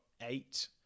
eight